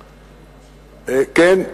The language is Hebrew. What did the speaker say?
כן,